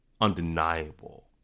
undeniable